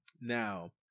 Now